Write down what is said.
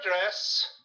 address